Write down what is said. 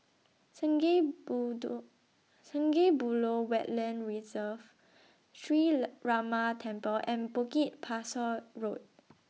Sungei Sungei Buloh Wetland Reserve Sree Ramar Temple and Bukit Pasoh Road